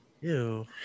Ew